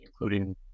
including